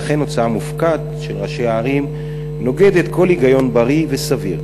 ולכן הוצאה מופקעת של ראשי הערים נוגדת כל היגיון בריא וסביר.